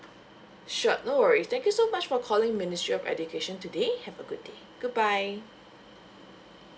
sure no worries thank you so much for calling ministry of education today have a good day good bye